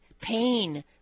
pain